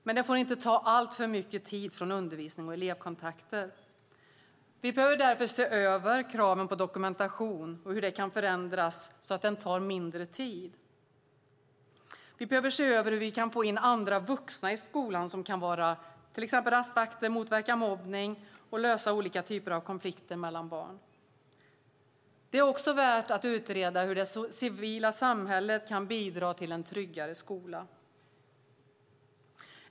Men det får inte ta alltför mycket tid från undervisning och elevkontakter. Vi behöver därför se över hur kraven på dokumentation kan förändras så att den tar mindre tid. Vi behöver se över hur vi kan få in andra vuxna i skolan som till exempel kan vara rastvakter, motverka mobbning och lösa olika typer av konflikter mellan barn. Det är också värt att utreda hur det civila samhället kan bidra till en tryggare skola.